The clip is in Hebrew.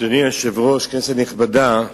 אדוני היושב-ראש, כנסת נכבדה,